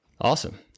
Awesome